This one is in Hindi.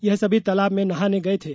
यह सभी तालाब में नहाने गये थे